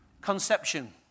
conception